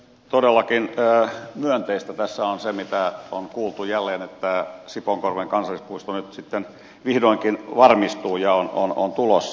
todellakin myönteistä tässä on se mitä on kuultu jälleen että sipoonkorven kansallispuisto nyt sitten vihdoinkin varmistuu ja on tulossa